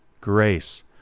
grace